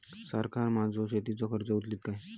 सरकार माझो शेतीचो खर्च उचलीत काय?